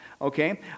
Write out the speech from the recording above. Okay